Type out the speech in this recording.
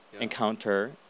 encounter